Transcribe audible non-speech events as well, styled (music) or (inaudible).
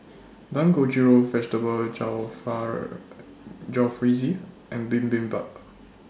Dangojiru Vegetable (unintelligible) Jalfrezi and Bibimbap